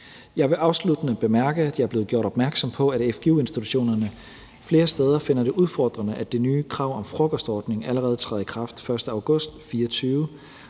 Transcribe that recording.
Jeg vil afsluttende bemærke, at jeg er blevet gjort opmærksom på, at fgu-institutionerne flere steder finder det udfordrende, at det nye krav om frokostordning allerede træder i kraft den 1. august 2024.